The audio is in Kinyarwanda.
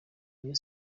rayon